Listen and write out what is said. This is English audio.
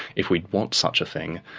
if we'd want such a thing,